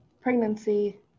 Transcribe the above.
pregnancy